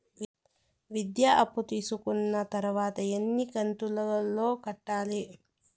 విద్య అప్పు తీసుకున్న తర్వాత ఎన్ని కంతుల లో కట్టాలి?